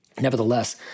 Nevertheless